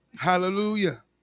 Hallelujah